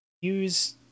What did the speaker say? use